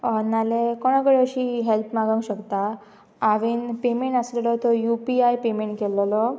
नाल्या कोणा कडेन अशी हेल्प मागोंक शकता हांवें पेमेंट आसलेलो तो यु पी आय पेमेंट केल्लेलो